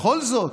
בכל זאת.